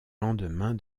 lendemain